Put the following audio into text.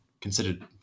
considered